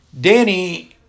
Danny